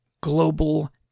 global